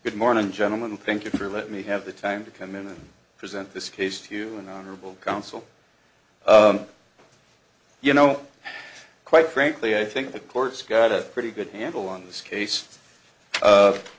good morning gentlemen thank you for let me have the time to come in and present this case to an honorable counsel you know quite frankly i think the court's got a pretty good handle on this case of